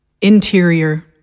Interior